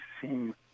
seem